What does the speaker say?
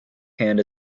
hand